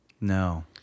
No